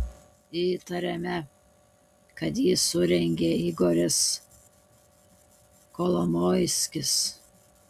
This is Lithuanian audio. įtariame kad jį surengė igoris kolomoiskis